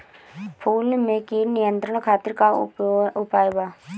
फूल में कीट नियंत्रण खातिर का उपाय बा?